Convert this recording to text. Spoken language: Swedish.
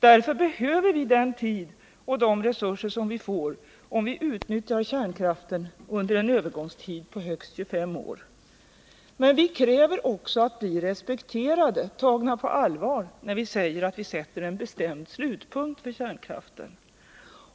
Därför behöver vi den tid och de resurser som vi får om vi utnyttjar kärnkraften Men vi kräver också att bli respekterade, tagna på allvar, när vi säger att vi sätter en bestämd slutpunkt för kärnkraften.